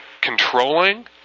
controlling